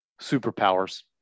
superpowers